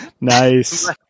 Nice